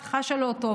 חשה לא טוב,